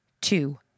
two